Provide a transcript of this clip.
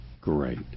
Great